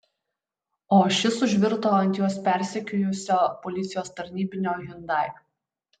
o šis užvirto ant juos persekiojusio policijos tarnybinio hyundai